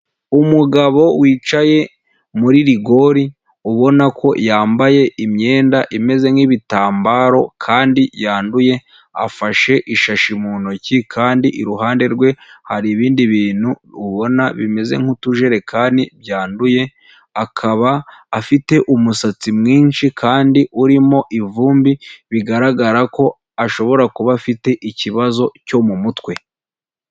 Umugabo wicaye muri rigori ubona ko yambaye imyenda imeze nk'ibitambaro kandi yanduye, afashe ishashi mu ntoki kandi iruhande rwe hari ibindi bintu ubona bimeze nk'utujerekani byanduye, akaba afite umusatsi mwinshi kandi urimo ivumbi bigaragara ko ashobora kuba afite ikibazo cyo mu mutwe.